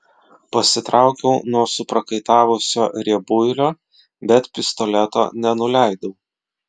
pasitraukiau nuo suprakaitavusio riebuilio bet pistoleto nenuleidau